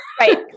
Right